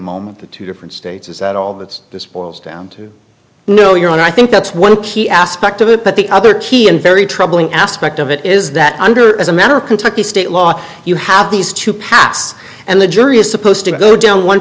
moment the two different states is that all that's this boils down to know your own i think that's one key aspect of it but the other key in very troubling aspect of it is that under as a matter of kentucky state law you have these two paths and the jury is supposed to go down one